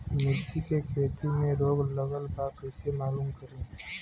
मिर्ची के खेती में रोग लगल बा कईसे मालूम करि?